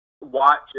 Watch